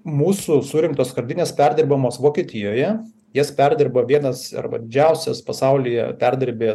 mūsų surinktos skardinės perdirbamos vokietijoje jas perdirba vienas arba didžiausias pasaulyje perdirbėjas